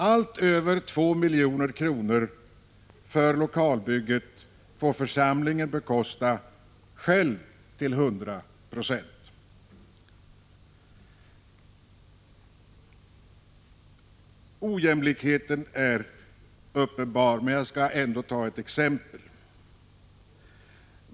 Allt över 2 milj.kr. för lokalbygget får församlingen bekosta själv till 100 96. Ojämlikheten är uppenbar, men jag skall ändå ta ett exempel.